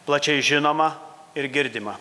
plačiai žinoma ir girdima